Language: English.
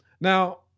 Now